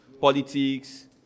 politics